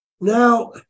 Now